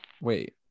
Wait